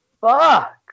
fuck